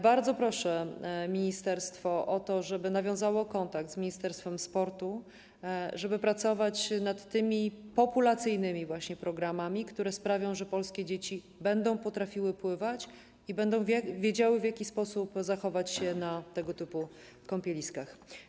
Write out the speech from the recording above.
Bardzo proszę ministerstwo, żeby nawiązało kontakt z ministerstwem sportu po to, żeby pracować nad tymi populacyjnymi programami, które sprawią, że polskie dzieci będą potrafiły pływać i będą wiedziały, w jaki sposób zachowywać się na tego typu kąpieliskach.